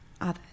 others